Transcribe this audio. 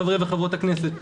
חברי וחברות הכנסת.